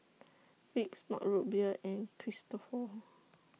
Vicks Mug Root Beer and Cristofori